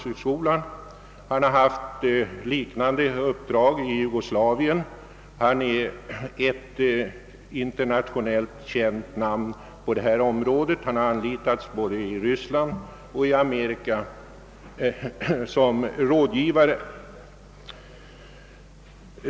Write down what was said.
Han har haft liknande uppdrag i Jugoslavien och har anlitats som rådgivare i både Ryssland och Amerika. Han är alltså ett internationellt känt namn på detta område.